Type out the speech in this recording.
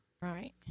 Right